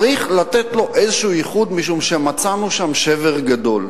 צריך לתת לו איזה ייחוד, משום שמצאנו שם שבר גדול.